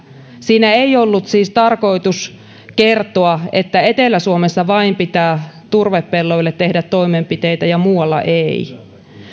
siinä ei ollut siis tarkoitus kertoa että vain etelä suomessa pitää turvepelloille tehdä toimenpiteitä ja muualla ei